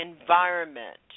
environment